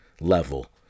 level